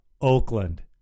Oakland